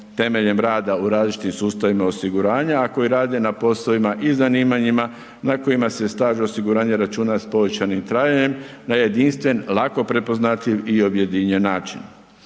temeljem rada u različitim sustavima osiguranja, a koji rade na poslovima i zanimanjima na kojima se staž osiguranja računa sa povećanim trajanjem, na jedinstven, lako prepoznatljiv i objedinjen način.